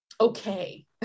okay